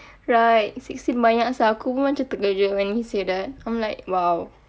right sixteen banyak sia aku pun macam terkejut when he say that I'm like !wow!